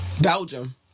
Belgium